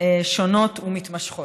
שונות ומתמשכות.